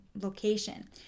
location